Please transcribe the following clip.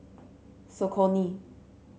Saucony